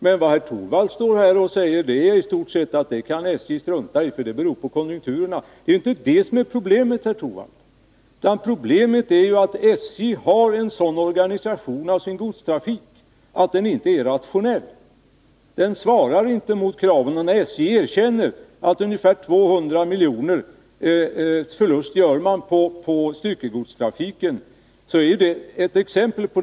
Men vad Rune Torwald säger är i stort sett att det kan SJ strunta i, ty det beror på konjunkturerna. Men problemet är ju, Rune Torwald, att SJ:s godstrafik inte är rationellt organiserad. Den svarar inte mot kraven. Att SJ gör en förlust på 200 milj.kr. på styckegodstrafiken är ett exempel härpå.